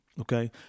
okay